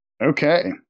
Okay